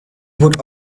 would